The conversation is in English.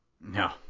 No